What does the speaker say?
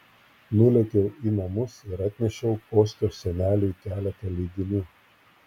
nulėkiau į namus ir atnešiau kostios seneliui keletą leidinių